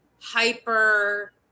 hyper